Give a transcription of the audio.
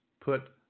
put